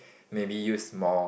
maybe use more